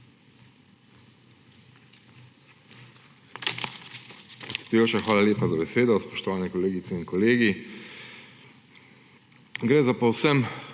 hvala lepa za besedo. Spoštovane kolegice in kolegi! Gre za povsem